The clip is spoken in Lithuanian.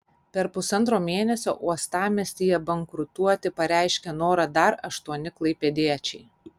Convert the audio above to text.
per pusantro mėnesio uostamiestyje bankrutuoti pareiškė norą dar aštuoni klaipėdiečiai